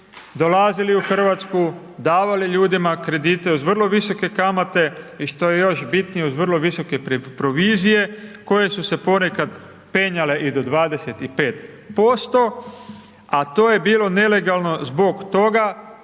dolazili u Hrvatsku, davali ljudima kredite uz vrlo visoke kamate i što je još bitnije uz vrlo visoke provizije, koje su se ponekad penjale i do 25% a to je bilo nelegalno zbog toga